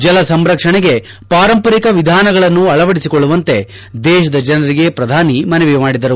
ಜಲ ಸಂರಕ್ಷಣೆಗೆ ಪಾರಂಪರಿಕ ವಿಧಾನಗಳನ್ನು ಅಳವಡಿಸಿಕೊಳ್ಳುವಂತೆ ದೇಶದ ಜನರಿಗೆ ಪ್ರಧಾನಿ ಮನವಿ ಮಾಡಿದರು